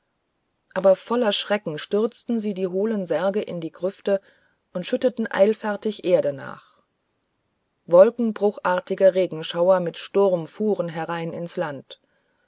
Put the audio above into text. aber voller schrecken stürzten sie die hohlen särge in die grüfte und schütteten eilfertig erde nach wolkenbruchartige regenschauer mit sturm fuhren herein ins land